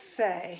say